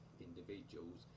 individuals